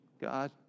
God